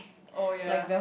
oh ya